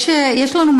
יש לנו,